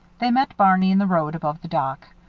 they met barney in the road above the dock.